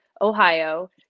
Ohio